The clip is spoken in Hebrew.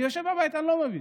אני יושב בבית ולא מבין.